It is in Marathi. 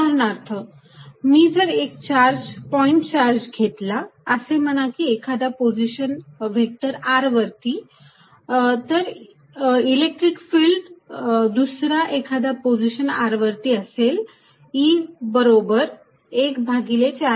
उदाहरणार्थ मी जर एक पॉईंट चार्ज घेतला असे म्हणा की एखाद्या पोझिशन व्हेक्टर R वरती तर इलेक्ट्रिक फिल्ड दुसरा एखाद्या पोझिशन r वरती असेल E बरोबर एक भागिले 4 pi Epsilon 0